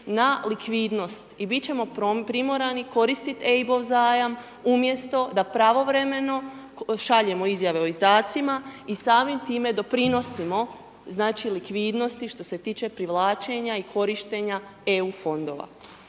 na likvidnost i biti ćemo primorani koristiti EIB-ov zajam umjesto da pravovremeno šaljemo izjave o izdacima i samim time doprinosimo znači likvidnosti što se tiče privlačenja i korištenja EU fondova.